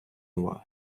уваги